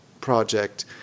project